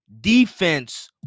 defense